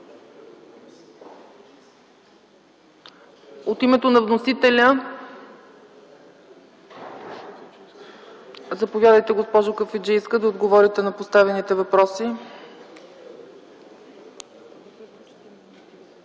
От името на вносителя? Заповядайте, госпожо Кафеджийска, да отговорите на поставените въпроси.